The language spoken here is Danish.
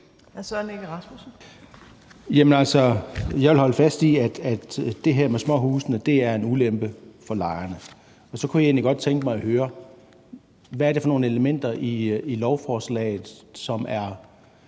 jeg vil holde fast i, at det her med småhusene er en ulempe for lejerne. Så kunne jeg egentlig godt tænke mig at høre: Hvad er det for nogle elementer i lovforslaget, som er